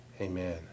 Amen